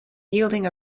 yielding